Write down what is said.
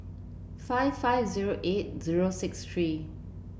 five five zero eight zero six three